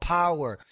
power